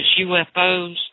UFOs